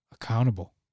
accountable